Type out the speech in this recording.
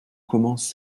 commence